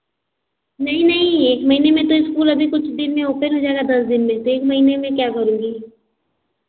नहीं नहीं एक महीने में तो स्कूल अभी कुछ दिन में ओपन हो जाएगा दस दिन में तो एक महीने में क्या करूँगी